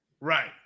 Right